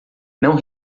não